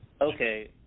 Okay